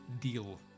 deal